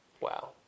Wow